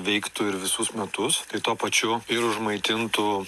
veiktų ir visus metus tai tuo pačiu ir užmaitintų